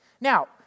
Now